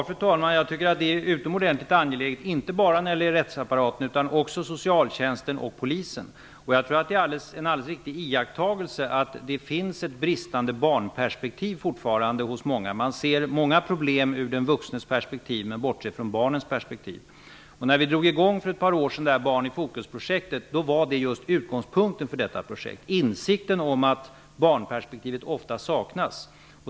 Fru talman! Jag tycker att det är utomordentligt angeläget, inte bara när det gäller rättsapparaten utan också när det gäller socialtjänsten och polisen. Jag tror att det är en alldeles riktig iakttagelse att det fortfarande hos många finns ett bristande barnperspektiv; man ser många problem ur den vuxnes perspektiv men bortser från barnens perspektiv. När vi för ett par år sedan drog i gång Barn i fokusprojektet var utgångspunkten just insikten om att barnperspektivet ofta saknas.